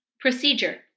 Procedure